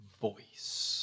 voice